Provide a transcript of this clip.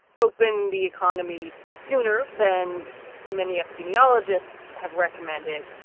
open the economy sooner than many epidemiologists have recommended.